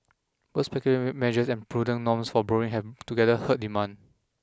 both speculative measures and prudent norms for borrowing have together hurt demand